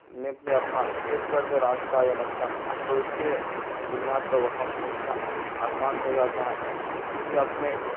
map میں اپنا set کر دیں راستہ یا نقشہ تو اس کے بنیاد پہ وہاں پہنچنا آسان ہو جاتا ہے اسی لیے اپنے